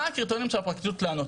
מה הקריטריונים של הפרקליטות לענות?